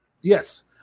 Yes